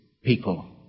people